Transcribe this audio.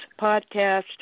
podcast